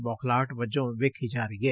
ਬੋਖਲਾਹਟ ਵਜੋਂ ਵੇਖੀ ਜਾ ਰਹੀ ਏ